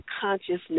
consciousness